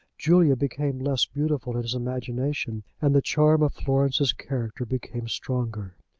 julia became less beautiful in his imagination, and the charm of florence's character became stronger.